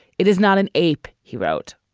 it is not an ape! he wrote.